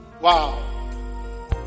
Wow